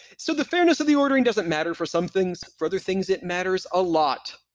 so the fairness of the ordering doesn't matter for some things. for other things it matters a lot.